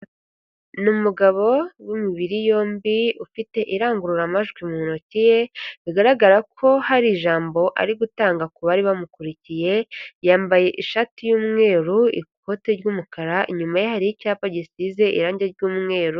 Ni umugabo w'umibiri yombi, ufite irangururamajwi mu ntoki ye, bigaragara ko hari ijambo ari gutanga ku bari bamukurikiye, yambaye ishati y'umweru, ikote ry'umukara, inyuma ye hari icyapa gisize irangi ry'umweru.